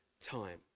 time